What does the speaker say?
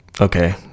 Okay